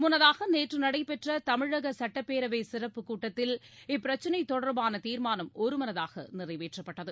முன்னதாக நேற்று நடைபெற்ற தமிழக சுட்டப்பேரவை சிறப்பு கூட்டத்தில் இப்பிரச்னை தொடர்பான தீர்மானம் ஒருமனதாக நிறைவேற்றப்பட்டது